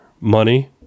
money